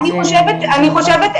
אני חושבת,